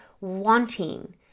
wanting